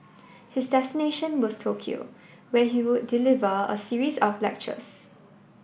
his destination was Tokyo where he would deliver a series of lectures